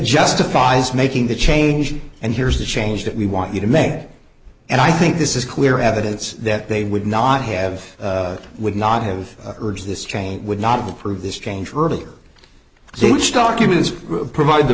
justifies making the change and here's the change that we want you to make and i think this is clear evidence that they would not have would not have urged this change would not approve this change earlier stage documents provide the